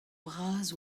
bras